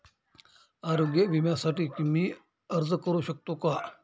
आरोग्य विम्यासाठी मी अर्ज करु शकतो का?